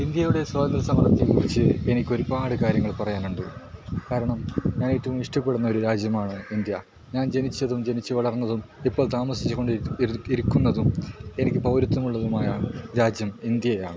ഇന്ത്യയുടെ സ്വാതന്ത്ര്യ സമരത്തെക്കുറിച്ച് എനിക്ക് ഒരുപാട് കാര്യങ്ങൾ പറയാനുണ്ട് കാരണം ഞാൻ ഏറ്റവും ഇഷ്ടപെടുന്നൊരു രാജ്യമാണ് ഇന്ത്യ ഞാൻ ജനിച്ചതും ജനിച്ച് വളർന്നതും ഇപ്പോൾ താമസിച്ച് കൊണ്ട് ഇരിക്കുന്നതും എനിക്ക് പൗരത്വമുള്ളതുമായ രാജ്യം ഇന്ത്യയാണ്